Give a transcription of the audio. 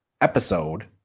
episode